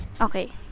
Okay